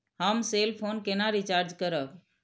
हम cell phone केना recharge करब?